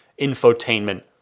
infotainment